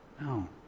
No